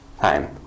time